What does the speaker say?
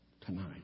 tonight